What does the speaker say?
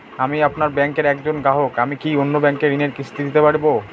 আমি আপনার ব্যাঙ্কের একজন গ্রাহক আমি কি অন্য ব্যাঙ্কে ঋণের কিস্তি দিতে পারবো?